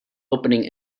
opening